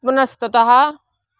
पुनस्ततः